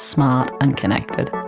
smart and connected.